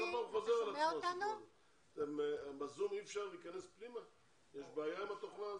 אתם מרוצים מהתוכנית